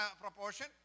proportion